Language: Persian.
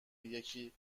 یکی